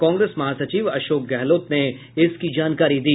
कांग्रेस महासचिव अशोक गहलोत ने इसकी जानकारी दी